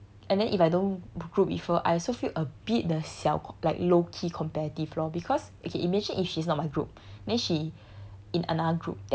like and then if I don't group with her I also feel a bit the 小 like low key competitive lor because okay imagine if she's not my group then she